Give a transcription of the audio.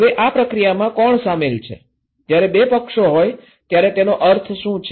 હવે આ પ્રક્રિયામાં કોણ સામેલ છે જ્યારે બે પક્ષો હોય ત્યારે તેનો અર્થ શું છે